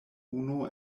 unu